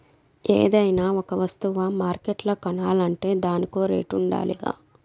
ఏదైనా ఒక వస్తువ మార్కెట్ల కొనాలంటే దానికో రేటుండాలిగా